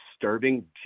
disturbing